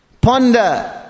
ponder